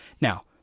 Now